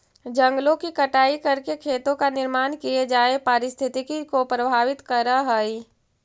जंगलों की कटाई करके खेतों का निर्माण किये जाए पारिस्थितिकी को प्रभावित करअ हई